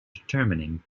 determining